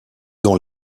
dans